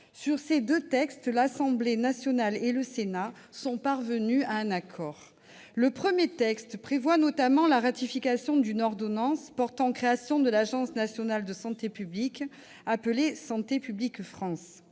Sur ces deux textes, l'Assemblée nationale et le Sénat sont parvenus à un accord. Le premier texte prévoit notamment la ratification d'une ordonnance portant création de l'Agence nationale de santé publique, appelée Santé publique France.